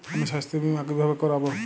আমি স্বাস্থ্য বিমা কিভাবে করাব?